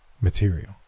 material